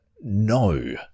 No